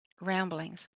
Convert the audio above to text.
ramblings